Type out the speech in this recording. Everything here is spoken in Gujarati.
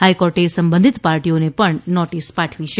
હાઇકોર્ટે સંબંધિત પાર્ટીઓને પણ નોટીસ પાઠવી છે